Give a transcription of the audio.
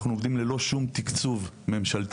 אנחנו עובדים ללא שום תקצוב ממשלתי,